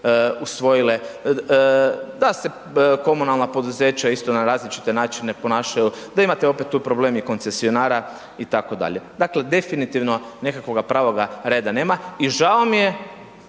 usvojile, da se komunalna poduzeća isto na različite načine ponašaju, da imate opet tu problem i koncesionara, i tako dalje. Dakle definitivno nekakvoga pravoga reda nema i žao mi je